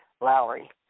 Lowry